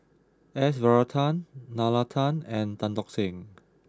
S Varathan Nalla Tan and Tan Tock Seng